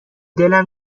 دلم